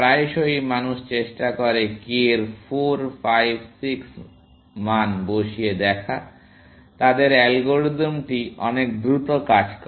প্রায়শই মানুষ চেষ্টা করে k এর 4 5 6 মান বসিয়ে দেখা তাদের অ্যালগরিদম অনেক দ্রুত কাজ করে